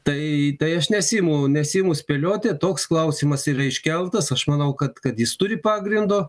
tai tai aš nesiimu nesiimu spėlioti toks klausimas yra iškeltas aš manau kad kad jis turi pagrindo